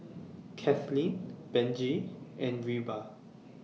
Kathlene Benji and Reba